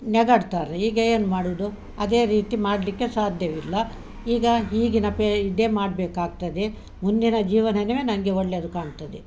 ನಗಾಡ್ತಾರೆ ಈಗ ಏನು ಮಾಡುದು ಅದೇ ರೀತಿ ಮಾಡಲಿಕ್ಕೆ ಸಾಧ್ಯವಿಲ್ಲ ಈಗ ಈಗಿನ ಪೇ ಇದೇ ಮಾಡಬೇಕಾಗ್ತದೆ ಮುಂದಿನ ಜೀವನನವೇ ನನಗೆ ಒಳ್ಳೆಯದು ಕಾಣ್ತದೆ